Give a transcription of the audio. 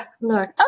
Lord